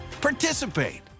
participate